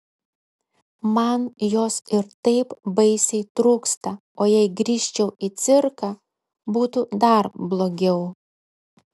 man jos ir taip baisiai trūksta o jei grįžčiau į cirką būtų dar blogiau